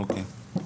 אוקיי.